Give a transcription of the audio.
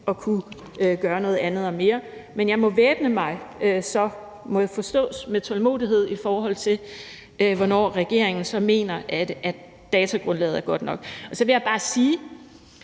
at kunne gøre noget andet og mere. Men jeg må væbne mig med tålmodighed, må jeg så forstå, i forhold til hvornår regeringen så mener at datagrundlaget er godt nok. Og så vil jeg bare sige,